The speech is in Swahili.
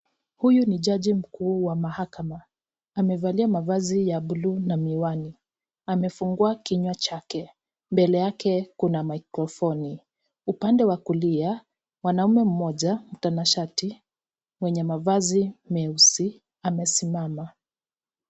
Huyu ni jaji mkuu wa mahakama amevalia mavazi ya blue na miwani amefungua kinywa chake mbele yake kuna mikrofoni upande wa kulia mwanaume mmoja mtanashati mwenye mavazi meusi amesimama.